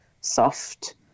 soft